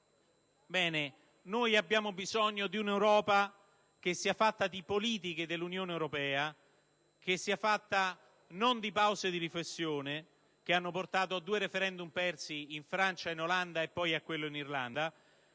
Noi abbiamo bisogno di un'Europa che sia fatta di politiche dell'Unione europea e non di pause di riflessione, che hanno portato a due *referendum* persi in Francia e in Olanda e poi a quello in Irlanda.